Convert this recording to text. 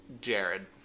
Jared